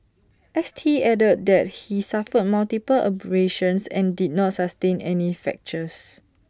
S T added that he suffered multiple abrasions and did not sustain any fractures